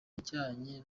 bijyanye